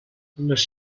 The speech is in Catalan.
les